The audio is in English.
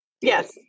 Yes